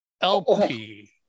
LP